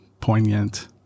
poignant